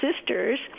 sisters